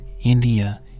India